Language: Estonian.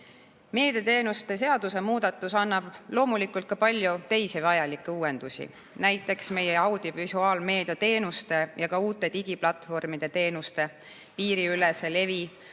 Meediateenuste seaduse muudatus annab loomulikult ka palju teisi vajalikke uuendusi, näiteks meie audiovisuaalmeedia teenuste ja ka uute digiplatvormide teenuste piiriülese levi